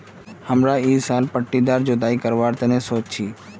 हमरा ईटा सालत पट्टीदार जुताई करवार तने सोच छी